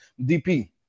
DP